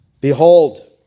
Behold